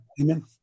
Amen